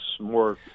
more